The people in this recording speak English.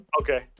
Okay